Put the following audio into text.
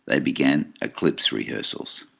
and began eclipse rehearsals.